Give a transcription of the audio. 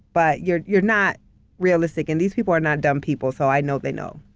but you're you're not realistic and these people are not dumb people, so, i know they know.